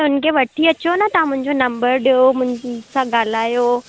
त हुनखे वठी अचो न तव्हां मुंहिंजो नंबर ॾियो हुनसां ॻाल्हायो